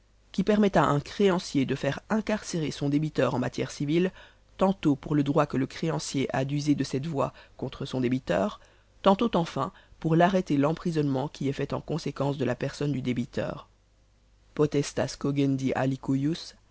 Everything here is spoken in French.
qui permet à un créancier de faire incarcérer son débiteur en matière civile tantôt pour le droit que le créancier a d'user de cette voie contre son débiteur tantôt enfin pour l'arrêt et emprisonnement qui est fait en conséquence de la personne du débiteur potestas